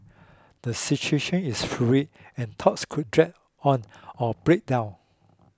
the situation is fluid and talks could drag on or break down